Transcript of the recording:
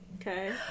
Okay